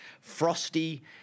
frosty